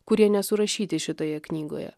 kurie nesurašyti šitoje knygoje